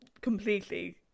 Completely